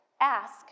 Ask